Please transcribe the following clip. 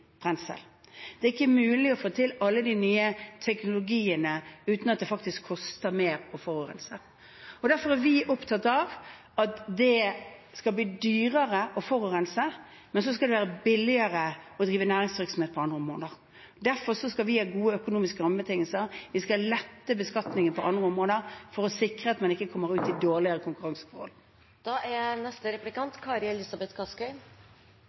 Det er ikke mulig å få til alle de nye teknologiene uten at det faktisk koster mer å forurense. Derfor er vi opptatt av at det skal bli dyrere å forurense, men så skal det være billigere å drive næringsvirksomhet på andre områder. Derfor skal vi ha gode økonomiske rammebetingelser. Vi skal lette beskatningen på andre områder for å sikre at man ikke kommer ut med dårligere konkurranseforhold.